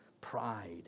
pride